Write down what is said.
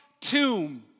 tomb